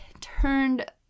turned